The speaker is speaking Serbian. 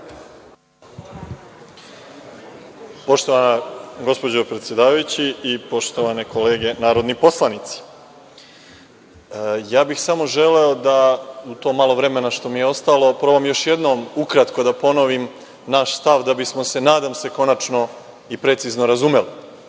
Poštovana gospođo predsedavajuća, poštovane kolege narodni poslanici, ja bih samo želeo da u to malo vremena što mi je ostalo probam još jednom ukratko da ponovim naš stav da bismo se, nadam se, konačno i precizno razumeli. Dakle,